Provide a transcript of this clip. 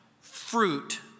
fruit